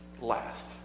last